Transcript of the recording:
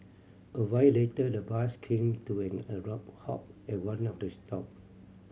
a while later the bus came to an abrupt halt at one of the stop